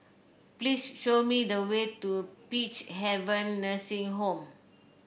please show me the way to Peacehaven Nursing Home